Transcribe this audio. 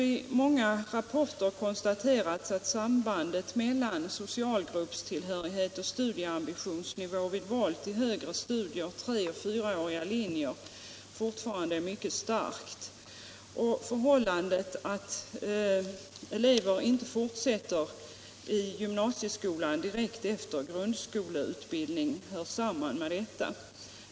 I många rapporter har det konstaterats att sambandet mellan socialgruppstillhörighet och studieambitionsnivå vid val till högre studier på treoch fyraåriga linjer fortfarande är mycket starkt. Det förhållandet att elever inte fortsätter i gymnasieskolan direkt efter grundskoleutbildningen hör samman med detta.